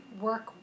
work